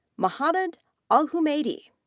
muhannad alhumaidi,